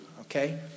Okay